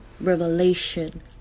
revelation